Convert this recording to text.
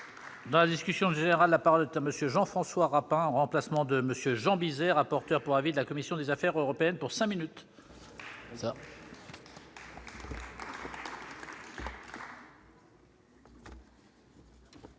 Dans la discussion générale, la parole est à monsieur Jean-François Rapin, en remplacement de Monsieur Jean Bizet, rapporteur pour avis de la commission des Affaires européennes pour 5 minutes.